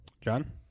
John